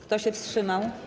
Kto się wstrzymał?